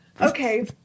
Okay